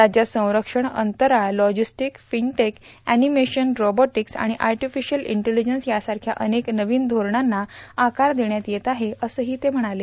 राज्यात संरक्षण अंतराळ लॉजिस्टिक फिनटेक एनिमेशन रोबोटिक्स आणि आर्टिफिशियल इंटिलिजन्स यासारख्या अनेक नवीन धोरणांना आकार देण्यात येत आहे असंही ते म्हणाले